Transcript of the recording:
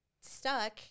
stuck